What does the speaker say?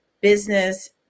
business